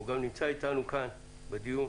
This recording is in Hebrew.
הוא גם נמצא אתנו כאן בדיון.